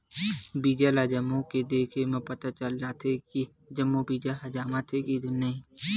बीजा ल जमो के देखे म पता चल जाथे के जम्मो बीजा ह जामत हे धुन नइ